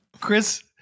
Chris